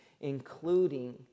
including